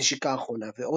"נשיקה אחרונה" ועוד.